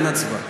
אין הצבעה.